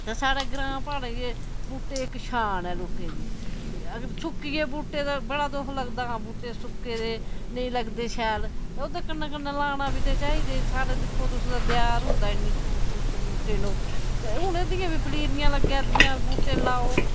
तां साढे ग्रांऽ प्हाड़ें च बूह्टे इक शान ऐ लोकें दी अगर सुक्की गे बूह्टे तां बड़ा दुख लगदा हां बूह्टे सुक्के दे नेईं लगदे शैल ते ओह्दे कन्नै कन्नै लाने बी ते चाहिदे साढ़ै दिक्खो तुस ते देआर होंदा इ'न्नी खूबसूरत बूह्टे न ओह् ते हून एहदियां बी पनीरियां लग्गा दियां बूह्टे लाओ